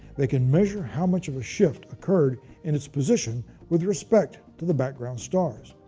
they can measure how much of a shift occurred in its position with respect to the background stars.